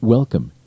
Welcome